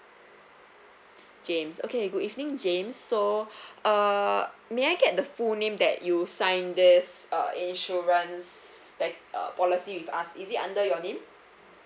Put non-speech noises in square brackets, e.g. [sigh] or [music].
[breath] james okay good evening james so [breath] uh may I get the full name that you sign this uh insurance pack uh policy with us is it under your name